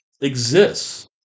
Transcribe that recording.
exists